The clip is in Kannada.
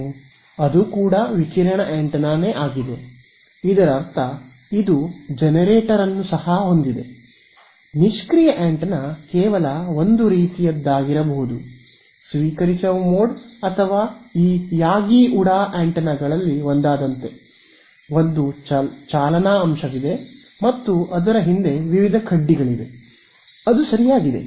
ಅದು ಕೂಡ ವಿಕಿರಣ ಆಂಟೆನಾ ಇದರರ್ಥ ಇದು ಜನರೇಟರ್ ಅನ್ನು ಸಹ ಹೊಂದಿದೆ ನಿಷ್ಕ್ರಿಯ ಆಂಟೆನಾ ಕೇವಲ ಒಂದು ರೀತಿಯದ್ದಾಗಿರಬಹುದು ಸ್ವೀಕರಿಸುವ ಮೋಡ್ ಅಥವಾ ಈ ಯಾಗಿ ಉಡಾ ಆಂಟೆನಾಗಳಲ್ಲಿ ಒಂದಾದಂತೆ ಒಂದು ಚಾಲನಾ ಅಂಶವಿದೆ ಮತ್ತು ಅದರ ಹಿಂದೆ ವಿವಿಧ ಕಡ್ಡಿಗಳಿವೆ ಅದು ಸರಿಯಾಗಿದೆ